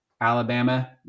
Alabama